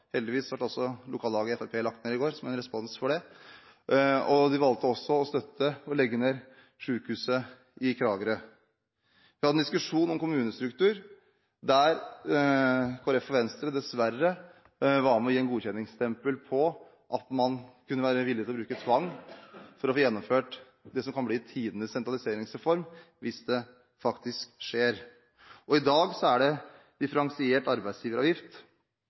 går som en respons på det. De valgte også å støtte å legge ned sykehuset i Kragerø. Vi har hatt en diskusjon om kommunestruktur, der Kristelig Folkeparti og Venstre dessverre var med på å gi et godkjenningsstempel på at man kan bruke tvang for å få gjennomført det som kan bli tidenes sentraliseringsreform, hvis det faktisk skjer. I dag er det differensiert arbeidsgiveravgift